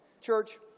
Church